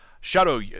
Shadow